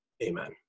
Amen